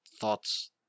thoughts